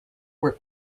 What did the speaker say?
were